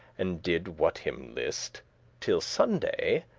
and didde what him list till sunday,